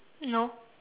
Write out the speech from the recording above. no